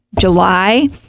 July